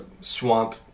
swamp